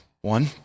One